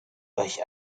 euch